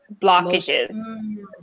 blockages